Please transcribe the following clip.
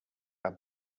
are